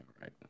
right